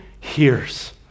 hears